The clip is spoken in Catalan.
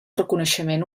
reconeixement